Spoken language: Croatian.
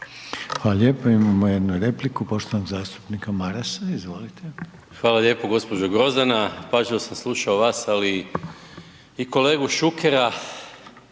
Hvala lijepo. Imamo jednu repliku poštovanog zastupnika Marasa. Izvolite. **Maras, Gordan (SDP)** Hvala lijepo. Gospođo Grozdana, pažljivo sam slušao vas, ali i kolegu Šukera